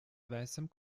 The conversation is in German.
weißem